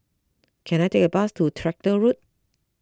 can I take a bus to Tractor Road